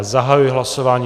Zahajuji hlasování.